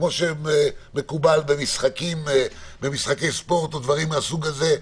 כמו שמקובל במשחקי ספורט או דברים מהסוג הזה.